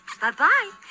Bye-bye